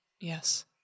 yes